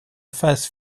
phase